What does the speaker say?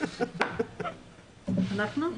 אנחנו?